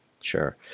sure